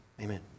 Amen